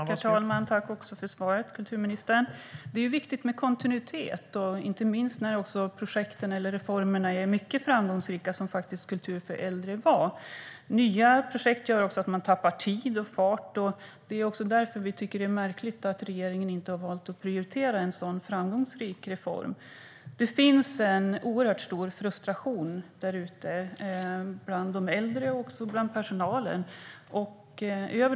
Herr talman! Jag tackar kulturministern för svaret. Det är viktigt med kontinuitet, inte minst när projekten och reformerna är mycket framgångsrika, vilket faktiskt Kultur för äldre var. Nya projekt gör också att man tappar tid och fart. Vi tycker att det är märkligt att regeringen inte har valt att prioritera en så framgångsrik reform. Det finns en oerhört stor frustration över regeringens agerande bland de äldre och bland personalen.